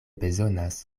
bezonas